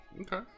Okay